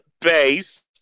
base